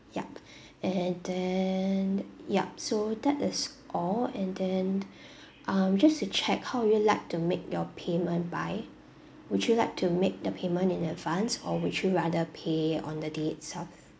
yup and then yup so that is all and then um just to check how would you like to make your payment by would you like to make the payment in advance or would you rather pay on the day itself